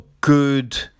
good